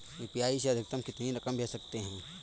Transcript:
UPI से अधिकतम कितनी रकम भेज सकते हैं?